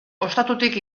ostatutik